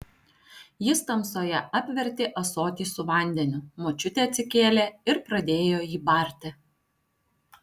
jis tamsoje apvertė ąsotį su vandeniu močiutė atsikėlė ir pradėjo jį barti